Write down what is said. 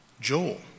Joel